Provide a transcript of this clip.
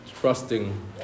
trusting